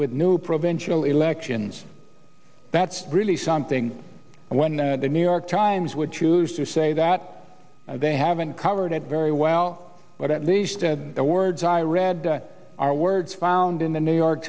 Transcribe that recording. with new provincial elections that's really something when the new york times would choose to say that they haven't covered it very well but at least the words i read are words found in the new york